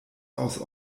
aus